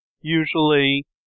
usually